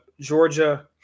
Georgia